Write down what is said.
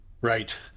Right